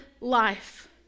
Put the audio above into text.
life